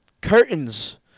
curtains